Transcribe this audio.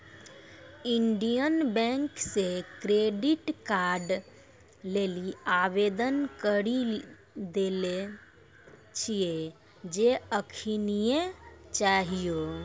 Indian Bank से credit card लेली आवेदन करी देले छिए जे एखनीये चाहियो